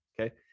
Okay